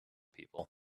people